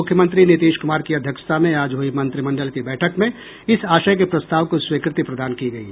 मुख्यमंत्री नीतीश कुमार की अध्यक्षता में आज हुई मंत्रिमंडल की बैठक में इस आशय के प्रस्ताव को स्वीकृति प्रदान की गयी